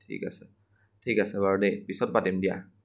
ঠিক আছে ঠিক আছে বাৰু দেই পিছত পাতিম দিয়া